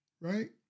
right